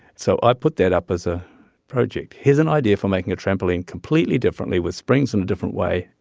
so i put that up as a project. here's an idea for making a trampoline completely differently with springs in a different way.